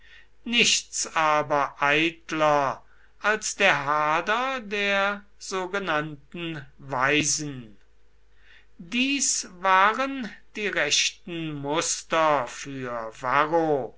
nichts aber eitler als der hader der sogenannten weisen dies waren die rechten muster für varro